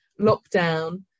lockdown